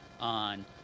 on